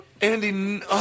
Andy